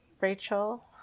Rachel